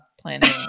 planning